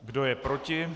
Kdo je proti?